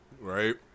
Right